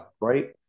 Right